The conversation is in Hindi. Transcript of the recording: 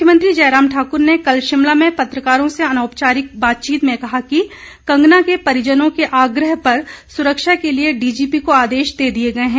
मुख्यमयंत्री जयराम ठाकुर ने कल शिमला में पत्रकारों से अनौपचारिक बातचीत में कहा कि कंगना के परिजनों के आग्रह पर सुरक्षा के लिए डीजीपी को आदेश दे दिए गए हैं